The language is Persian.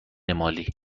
مالی